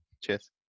Cheers